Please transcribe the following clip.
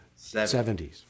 70s